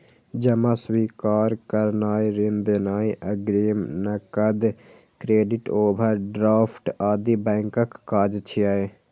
जमा स्वीकार करनाय, ऋण देनाय, अग्रिम, नकद, क्रेडिट, ओवरड्राफ्ट आदि बैंकक काज छियै